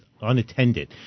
unattended